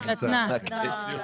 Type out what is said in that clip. נתנה כסף.